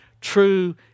true